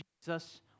Jesus